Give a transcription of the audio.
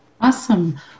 Awesome